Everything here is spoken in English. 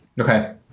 Okay